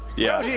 yeah. yeah